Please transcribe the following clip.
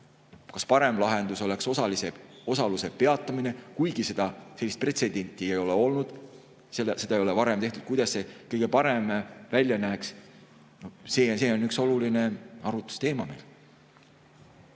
Kas parem lahendus oleks osaluse peatamine, kuigi sellist pretsedenti ei ole olnud, seda ei ole varem tehtud? Kuidas see kõige parem välja näeks? See on üks oluline arutlusteema.